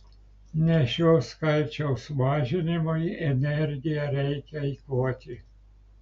ne šio skaičiaus mažinimui energiją reikia eikvoti